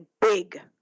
big